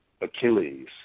Achilles